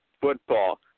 football